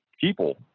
people